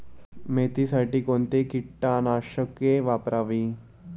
मेथीसाठी कोणती कीटकनाशके वापरावी?